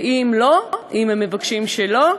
ואם לא, אם הם מבקשים שלא,